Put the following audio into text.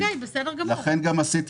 לכן גם עשיתי